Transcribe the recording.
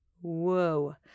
Whoa